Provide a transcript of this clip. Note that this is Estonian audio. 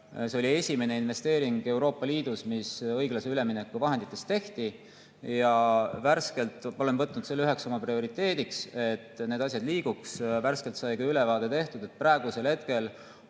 See oli esimene investeering Euroopa Liidus, mis õiglase ülemineku fondi vahenditest tehti. Ja värskelt olen võtnud selle üheks oma prioriteediks, et need asjad liiguks. Värskelt sai ka ülevaade tehtud. Praegusel hetkel